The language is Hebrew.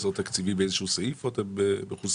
חוסר תקציבי באיזשהו סעיף או אתם מכוסים?